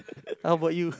how about you